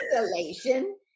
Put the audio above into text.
Isolation